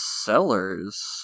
sellers